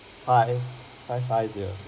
five five five zero